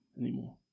anymore